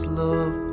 love